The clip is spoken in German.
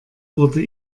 wurde